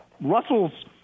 Russell's